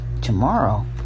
tomorrow